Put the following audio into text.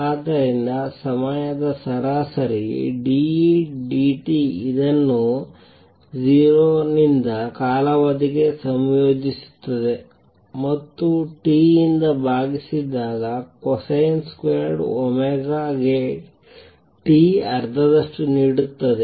ಆದ್ದರಿಂದ ಸಮಯದ ಸರಾಸರಿ d E d t ಇದನ್ನು 0 ನಿಂದ ಕಾಲಾವಧಿಗೆ ಸಂಯೋಜಿಸುತ್ತದೆ ಮತ್ತು T ಯಿಂದ ಭಾಗಿಸಿದಾಗ ಕೊಸೈನ್ ಸ್ಕ್ವೇರ್ಡ್ ಒಮೆಗಾ T ಗೆ ಅರ್ಧದಷ್ಟು ನೀಡುತ್ತದೆ